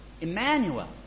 Emmanuel